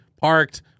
parked